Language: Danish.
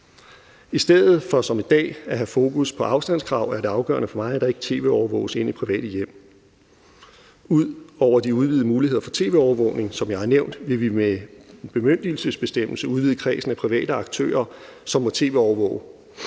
I stedet for som i dag at have fokus på afstandskrav er det afgørende for mig, at der ikke tv-overvåges ind i private hjem. Ud over de udvidede muligheder for tv-overvågning, som jeg har nævnt, vil vi med bemyndigelsesbestemmelsen udvide kredsen af private aktører, som må tv-overvåge.